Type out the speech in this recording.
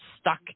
stuck